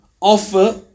offer